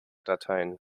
dateien